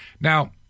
Now